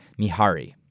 Mihari